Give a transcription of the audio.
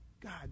God